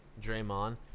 Draymond